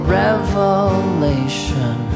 revelation